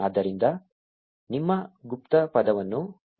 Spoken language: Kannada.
ಆದ್ದರಿಂದ ನಿಮ್ಮ ಗುಪ್ತಪದವನ್ನು ನಮೂದಿಸಿ